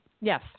Yes